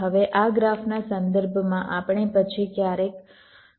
હવે આ ગ્રાફના સંદર્ભમાં આપણે પછી ક્યારેક ગણતરી કરીએ છીએ